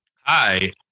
Hi